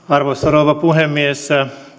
arvoisa rouva puhemies